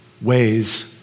ways